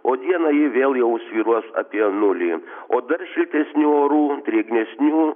o dieną ji vėl jau svyruos apie nulį o dar šiltesnių orų drėgnesnių